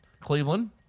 cleveland